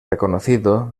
reconocido